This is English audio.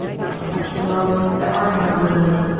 for such love there are no words.